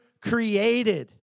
created